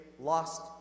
lost